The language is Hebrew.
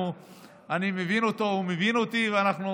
אני מבין אותו, הוא מבין אותי, ואנחנו